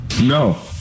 No